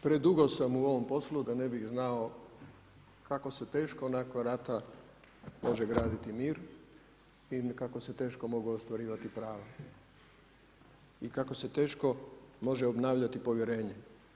Predugo sam u ovom poslu da ne bi znao kako se teško nakon rata može graditi mir i kako se teško mogu ostvarivati prava i kako se teško može obnavljati povjerenje.